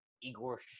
Igor